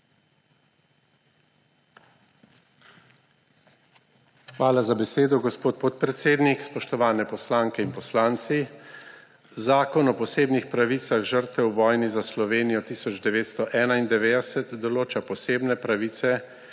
Hvala za besedo, gospod podpredsednik. Spoštovane poslanke in poslanci! Zakon o posebnih pravicah žrtev v vojni za Slovenijo 1991 določa posebne pravice,